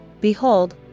Behold